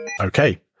Okay